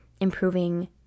improving